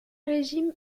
régime